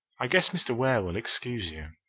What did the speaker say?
i guess mr. ware will excuse you.